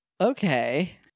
Okay